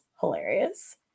hilarious